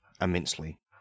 immensely